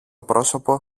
πρόσωπο